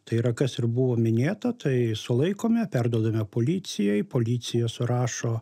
tai yra kas ir buvo minėta tai sulaikome perduodame policijai policija surašo